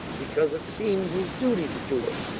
because it seemed his duty to do it?